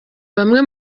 bamwe